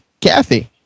Kathy